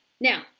Now